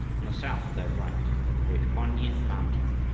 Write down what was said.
on the south, at their right, lay the great quan yin mountain,